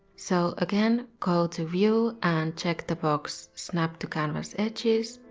so, again go to view and check the box snap to canvas edges.